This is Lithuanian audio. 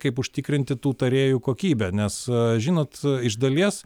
kaip užtikrinti tų tarėjų kokybę nes žinot iš dalies